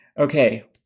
okay